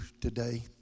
today